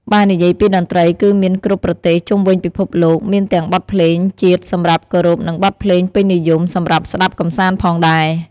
បើនិយាយពីតន្រ្តីគឺមានគ្រប់ប្រទេសជុំវិញពិភពលោក មានទាំងបទភ្លេងជាតិសម្រាប់គោរពនឹងបទភ្លេងពេញនិយមសម្រាប់ស្តាប់កម្សាន្តផងដែរ។